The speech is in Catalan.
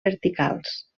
verticals